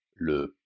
le